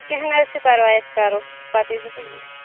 کیٚنٛہہ نہَ حظ چھُ پَرواے أسۍ کَرو پَتہٕ ییٖزیٚو تُہۍ یوٗرۍ